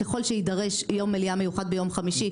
ככל שיידרש יום מליאה מיוחד ביום חמישי,